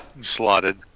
slotted